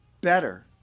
better